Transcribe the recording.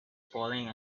falling